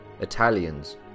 Italians